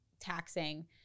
taxing